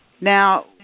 Now